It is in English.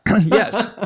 Yes